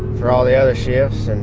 for all the other shifts. and